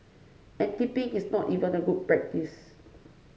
and tipping is not even a good practice